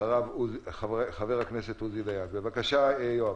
בעצם נתנו הרשאה בעצם הרשימה לעשות איכון על כולם אקראי,